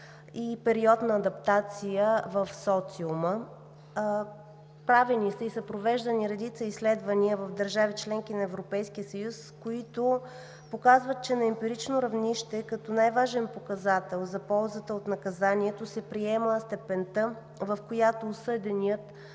и период на адаптация в социума. Правени са и са провеждани редица изследвания в държави – членки на Европейския съюз, които показват, че на емпирично равнище, като най-важен показател за ползата от наказанието се приема степента, в която осъденият